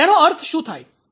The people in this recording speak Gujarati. તેનો અર્થ શું થાય છે